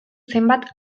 zenbait